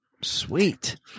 Sweet